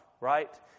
right